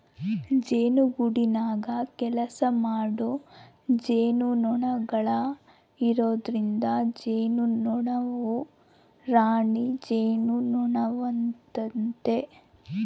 ಜೇನುಗೂಡಿನಗ ಕೆಲಸಮಾಡೊ ಜೇನುನೊಣಗಳು ಇರೊದ್ರಿಂದ ಜೇನುನೊಣವು ರಾಣಿ ಜೇನುನೊಣವಾತತೆ